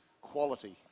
quality